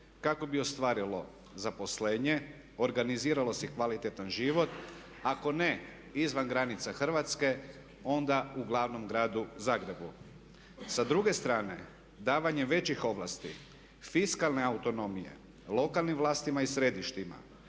kako bi ostvarilo zaposlenje, organiziralo si kvalitetan život. Ako ne izvan granica Hrvatske onda u glavnom gradu Zagrebu. Sa druge strane davanje većih ovlasti fiskalne autonomije lokalnim vlastima i središtima,